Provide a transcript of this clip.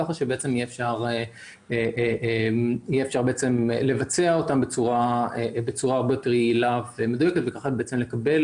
ככה שאפשר יהיה לבצע אותן בצורה הרבה יותר יעילה ומדויקת וככה לקבל